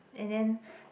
and then